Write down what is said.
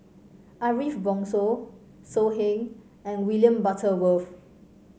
Ariff Bongso So Heng and William Butterworth